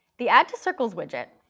the add to circles widget,